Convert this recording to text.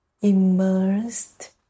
immersed